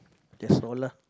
that's all lah